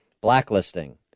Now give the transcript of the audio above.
blacklisting